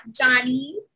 Johnny